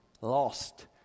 lost